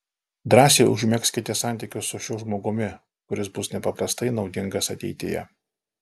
drąsiai užmegzkite santykius su šiuo žmogumi kuris bus nepaprastai naudingas ateityje